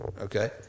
okay